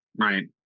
Right